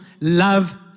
love